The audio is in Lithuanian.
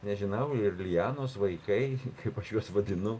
nežinau ir lilianos vaikai kaip aš juos vadinu